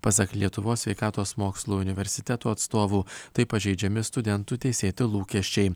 pasak lietuvos sveikatos mokslų universiteto atstovų taip pažeidžiami studentų teisėti lūkesčiai